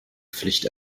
pflicht